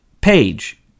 Page